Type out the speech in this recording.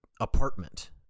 apartment